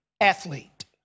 athlete